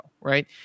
right